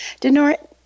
Denora